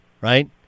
right